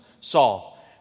Saul